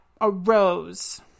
arose